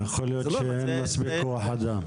יכול להיות שאין מספיק כוח אדם.